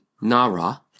Nara